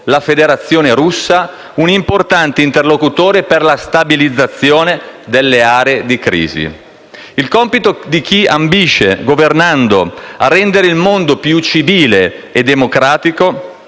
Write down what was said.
la Federazione Russa un importante interlocutore per la stabilizzazione delle aree di crisi. Il compito di chi, governando, ambisce a rendere il mondo più civile e democratico